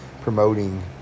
promoting